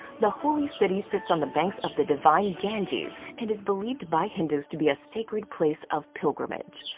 the holy city sits on the banks of the divine ganges and is believed by hindus to be a sacred place of pilgrimage.